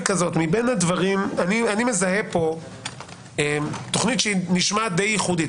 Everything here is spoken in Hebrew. אני מזהה פה תכנית שנשמעת די ייחודית.